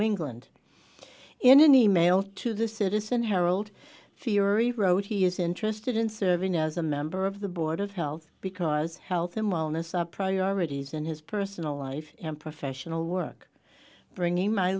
england in an e mail to the citizen harold fiore wrote he is interested in serving as a member of the board of health because health and wellness are priorities in his personal life and professional work bringing my